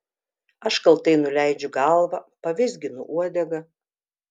aš kaltai nuleidžiu galvą pavizginu uodegą